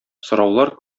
сораулар